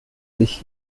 sich